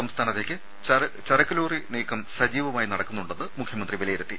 സംസ്ഥാനത്തേക്ക് ചരക്കുലോറി നീക്കം സജീവമായി നടക്കുന്നുണ്ടെന്ന് മുഖ്യമന്ത്രി വിലയിരുത്തി